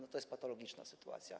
to jest patologiczna sytuacja.